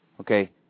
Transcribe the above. Okay